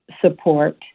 support